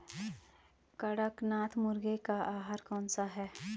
कड़कनाथ मुर्गे का आहार कौन सा है?